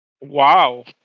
Wow